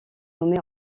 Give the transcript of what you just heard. nommée